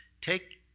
take